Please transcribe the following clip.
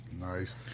Nice